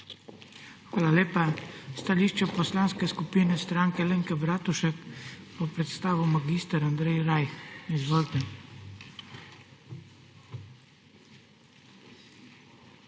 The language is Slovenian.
Hvala lepa. Stališča Poslanske skupine Stranke Alenke Bratušek bo predstavil mag. Andrej Rajh. Izvolite.